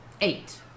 Eight